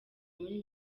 muri